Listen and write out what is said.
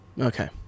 Okay